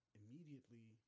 immediately